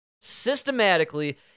systematically